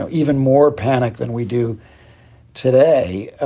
ah even more panic than we do today. ah